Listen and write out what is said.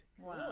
Wow